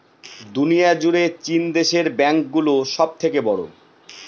দুনিয়া জুড়ে চীন দেশের ব্যাঙ্ক গুলো সব থেকে বড়ো